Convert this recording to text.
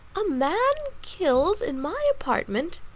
a man killed in my apartment!